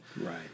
Right